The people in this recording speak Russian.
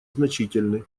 значительны